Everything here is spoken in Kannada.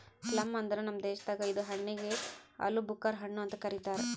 ಪ್ಲಮ್ ಅಂದುರ್ ನಮ್ ದೇಶದಾಗ್ ಇದು ಹಣ್ಣಿಗ್ ಆಲೂಬುಕರಾ ಹಣ್ಣು ಅಂತ್ ಕರಿತಾರ್